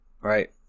Right